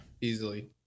Easily